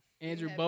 Andrew